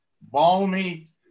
Balmy